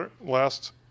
last